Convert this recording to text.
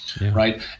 right